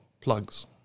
plugs